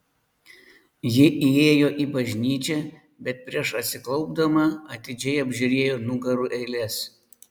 ji įėjo į bažnyčią bet prieš atsiklaupdama atidžiai apžiūrėjo nugarų eiles